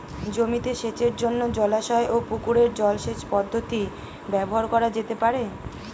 জমিতে সেচের জন্য জলাশয় ও পুকুরের জল সেচ পদ্ধতি ব্যবহার করা যেতে পারে?